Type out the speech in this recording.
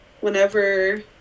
whenever